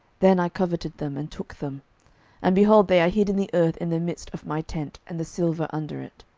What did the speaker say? then i coveted them, and took them and, behold, they are hid in the earth in the midst of my tent, and the silver under it.